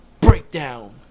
Breakdown